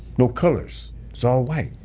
no colors, so all white.